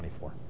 24